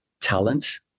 talent